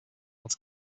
als